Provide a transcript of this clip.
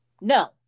No